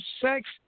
sex